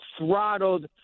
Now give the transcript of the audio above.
throttled